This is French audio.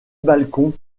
balcon